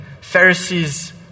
Pharisees